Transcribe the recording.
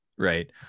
right